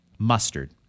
mustard